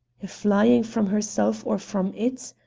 a flying from herself or from it?